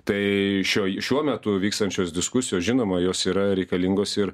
tai šioj šiuo metu vykstančios diskusijos žinoma jos yra reikalingos ir